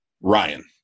Ryan